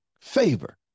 favor